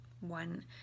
one